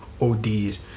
ODs